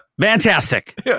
Fantastic